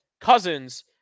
Cousins